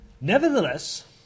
Nevertheless